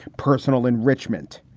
personal enrichment.